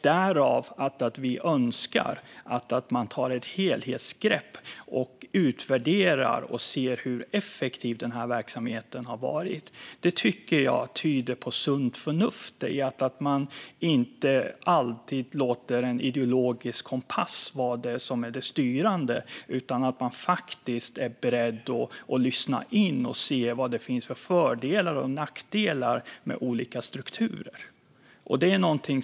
Därför önskar vi att man tar ett helhetsgrepp för att utvärdera och se hur effektiv verksamheten har varit. Jag tycker att det tyder på sunt förnuft och att man inte alltid låter en ideologisk kompass vara det som styr. Det visar i stället att man faktiskt är beredd att lyssna in och se vilka fördelar och nackdelar som finns med olika strukturer.